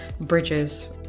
bridges